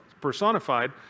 personified